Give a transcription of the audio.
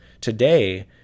today